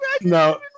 No